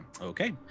okay